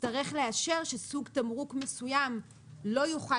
תצטרך לאשר שסוג תמרוק מסוים לא יוכל